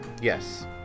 Yes